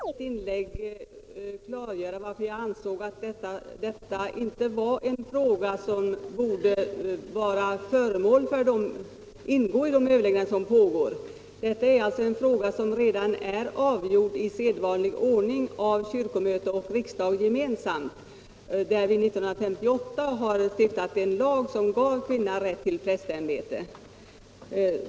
Herr talman! Herr Johansson i Trollhättan säger som svar på min fråga att man i utskottet har varit angelägen att inte bryta ut någon fråga från de överläggningar som pågår. Jag försökte i mitt inlägg klargöra varför jag ansåg att just denna fråga inte borde ingå i de överläggningar som pågår. Denna fråga är redan avgjord i sedvanlig ordning av kyrkomöte och riksdag gemensamt. År 1958 stiftade vi en lag som gav kvinnan rätt till prästämbete.